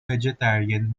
vegetarian